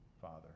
father